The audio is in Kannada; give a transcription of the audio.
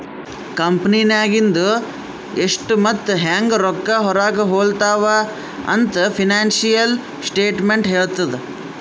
ಕಂಪೆನಿನಾಗಿಂದು ಎಷ್ಟ್ ಮತ್ತ ಹ್ಯಾಂಗ್ ರೊಕ್ಕಾ ಹೊರಾಗ ಹೊಲುತಾವ ಅಂತ್ ಫೈನಾನ್ಸಿಯಲ್ ಸ್ಟೇಟ್ಮೆಂಟ್ ಹೆಳ್ತುದ್